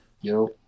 Yo